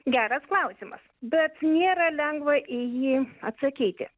geras klausimas bet nėra lengva į jį atsakyti